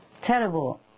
terrible